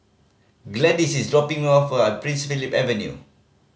Gladyce is dropping me off Prince Philip Avenue